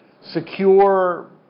secure